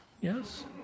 yes